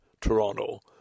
Toronto